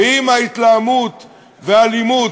ואם ההתלהמות והאלימות,